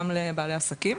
גם לבעלי עסקים